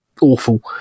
awful